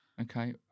Okay